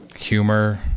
Humor